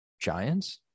giants